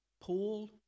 Paul